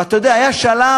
ואתה יודע, היה שלב,